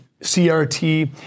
CRT